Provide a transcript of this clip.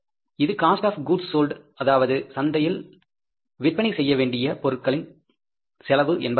இது cost of goods sold அதாவது சந்தையில் விற்பனை செய்யவேண்டிய பொருட்களின் செலவு என்பதாகும்